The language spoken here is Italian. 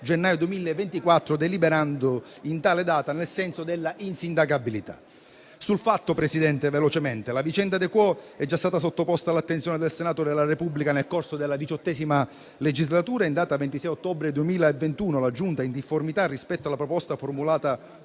gennaio 2024, deliberando in tale data nel senso della insindacabilità. Sul fatto, signor Presidente, la vicenda *de quo* è già stata sottoposta all'attenzione del Senato della Repubblica nel corso della XVIII legislatura e, in data 26 ottobre 2021, la Giunta, in difformità rispetto alla proposta formulata